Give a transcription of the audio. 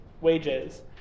wages